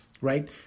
right